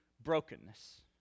brokenness